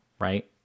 right